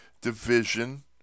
division